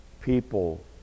people